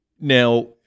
Now